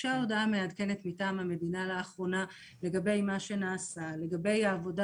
הוגשה הודעה מעדכנת מטעם המדינה לאחרונה לגבי מה שנעשה והעבודה